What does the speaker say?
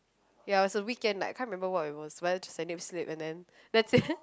ya it's a weekend like I can't remember what I wore but it's a nip slip and then that day